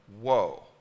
whoa